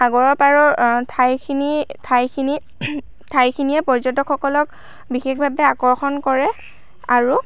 সাগৰৰ পাৰৰ ঠাইখিনি ঠাইখিনিত ঠাইখিনিয়ে পৰ্য্য়টকসকলক বিশেষভাৱে আকৰ্ষণ কৰে আৰু